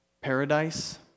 Paradise